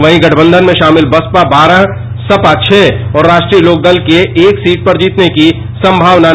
वहीं गठबंधन में षामिल बसपा बारह सपा छह और राश्ट्रीय लोकदल के एक सीट पर जीतने की प्रबल संभावना है